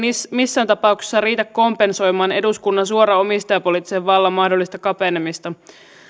missään tapauksessa riitä kompensoimaan eduskunnan suoran omistajapoliittisen vallan mahdollista kapenemista